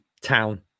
town